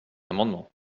amendement